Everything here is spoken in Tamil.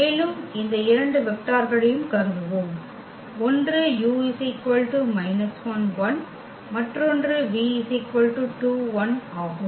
மேலும் இந்த இரண்டு வெக்டர்களையும் கருதுவோம் ஒன்று u மற்றொன்று ஆகும்